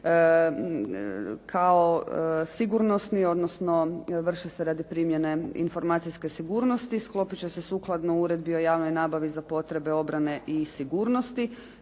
kao sigurnosni, odnosno vrše se radi primjene informacijske sigurnosti sklopiti će sukladno uredbi o javnoj nabavi za potrebe obrane i sigurnosti